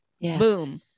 Boom